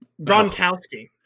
Gronkowski